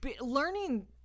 learning